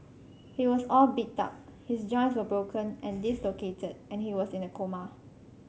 he was all beat up his joints were broken and dislocated and he was in a coma